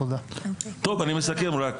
אני מסכם רק,